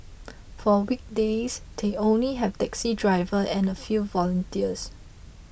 for weekdays they only have taxi drivers and a few volunteers